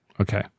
Okay